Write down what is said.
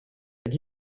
elle